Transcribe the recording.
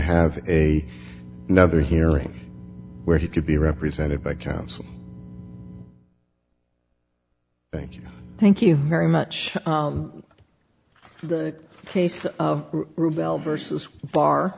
have a another hearing where he could be represented by counsel thank you thank you very much the case of rebel versus bar